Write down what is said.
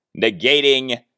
negating